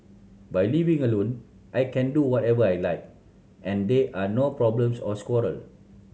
by living alone I can do whatever I like and there are no problems or quarter